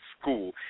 school